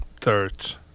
thirds